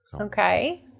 Okay